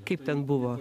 kaip ten buvo